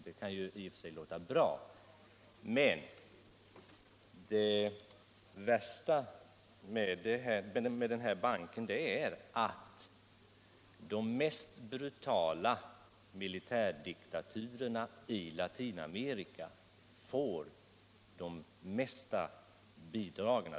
Det kan i och för sig låta bra, men det värsta med den här banken är att de mest brutala militärdiktaturerna i Latinamerika får de största bidragen.